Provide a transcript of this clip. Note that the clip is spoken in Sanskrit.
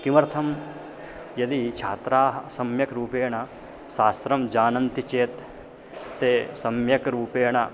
किमर्थं यदि छात्राः सम्यक् रूपेण शास्त्रं जानन्ति चेत् ते सम्यक् रूपेण